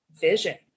vision